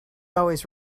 always